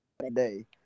today